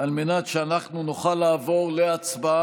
חבר הכנסת אנדרי קוז'ינוב,